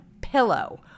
pillow